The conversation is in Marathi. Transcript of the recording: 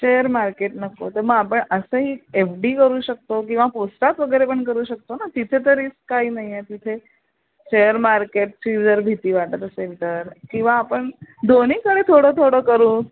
शेअर मार्केट नको तर मग आपण असंही एफ डी करू शकतो किंवा पोस्टात वगैरे पण करू शकतो ना तिथे तर रिस्क काही नाही आहे तिथे शेअर मार्केटची जर भीती वाटत असेल तर किंवा आपण दोन्हीकडे थोडं थोडं करू